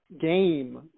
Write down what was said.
game